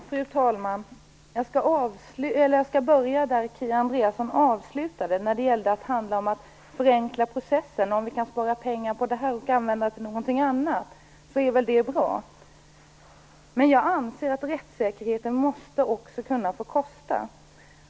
Fru talman! Jag skall börja där Kia Andreasson avslutade. Det gällde att förenkla processen och spara pengar som kan användas till någonting annat. Det är bra. Men jag anser att rättssäkerheten måste få kosta.